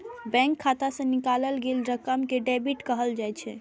bank खाता सं निकालल गेल रकम कें डेबिट कहल जाइ छै